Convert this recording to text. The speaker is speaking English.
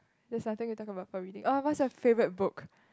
that's nothing we talk about for reading oh what is your favourite book